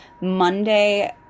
Monday